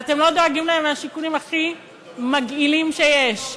ואתם לא דואגים להם מהשיקולים הכי מגעילים שיש.